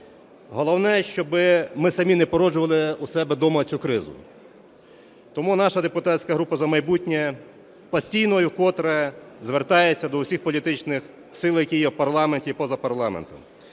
Головне, щоби ми самі не породжували у себе дома цю кризу. Тому наша депутатська група "За майбутнє" постійно і вкотре звертається до усіх політичних сил, які є в парламенті і поза парламентом,